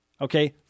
Okay